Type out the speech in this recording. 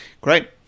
Great